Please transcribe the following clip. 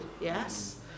Yes